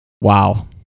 Wow